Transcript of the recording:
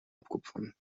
abkupfern